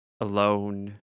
alone